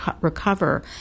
recover